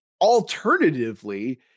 alternatively